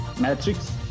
Matrix